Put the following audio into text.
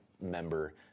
member